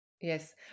yes